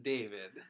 David